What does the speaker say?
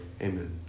amen